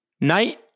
night